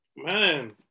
Man